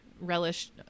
relish